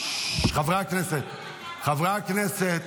חברי הכנסת, חברי הכנסת,